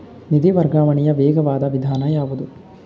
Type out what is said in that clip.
ನಿಧಿ ವರ್ಗಾವಣೆಯ ವೇಗವಾದ ವಿಧಾನ ಯಾವುದು?